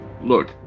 look